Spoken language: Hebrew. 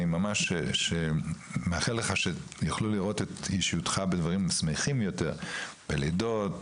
אני ממש מאחל לך שיוכלו לראות את אישיותך בדברים שמחים יותר: בלידות,